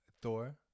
Thor